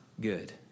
good